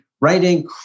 writing